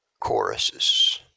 choruses